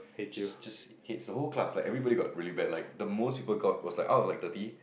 she just hates the whole class like everybody got really bad like the most people got was like out of like thirty